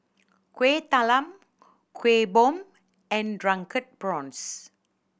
Kuih Talam Kuih Bom and Drunken Prawns